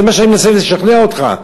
זה מה שאני מנסה לשכנע אותך,